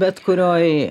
bet kurioj